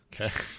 okay